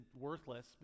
worthless